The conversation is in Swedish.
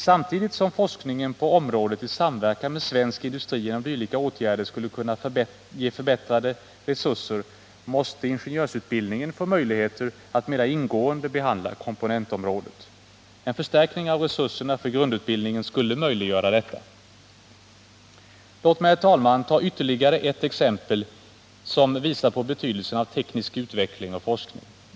Samtidigt som forskningen på området i samverkan med svensk industri genom dylika åtgärder skulle kunna ges förbättrade resurser måste ingenjörsutbildningen få möjilgheter att mera ingående behandla komponentområdet. En förstärkning av resurserna för grundutbildningen skulle möjliggöra detta. Låt mig, herr talman, ta ytterligare ett exempel som visar på betydelsen av teknisk utveckling och forskning.